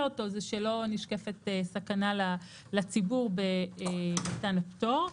אותו זה שלא נשקפת סכנה לציבור במתן הפטור.